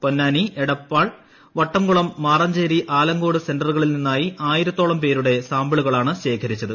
പൊന്നാനി എടപ്പാൾ വട്ടംകുളം മാറഞ്ചേരി ആലങ്കോട് സെന്ററുകളിൽനിന്നായി ആയിരത്തോളം പേരുടെ സാമ്പിളുകളാണ് ശേഖരിച്ചത്